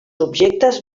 objectes